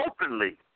openly